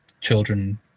children